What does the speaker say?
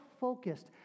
focused